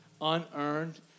unearned